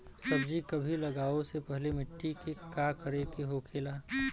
सब्जी कभी लगाओ से पहले मिट्टी के का करे के होखे ला?